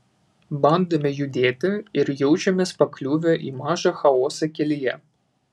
bandome judėti ir jaučiamės pakliuvę į mažą chaosą kelyje